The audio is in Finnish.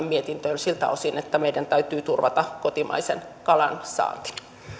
mietintöön siltä osin että meidän täytyy turvata kotimaisen kalan saanti